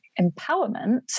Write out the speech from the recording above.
empowerment